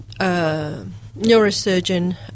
neurosurgeon